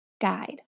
guide